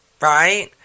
right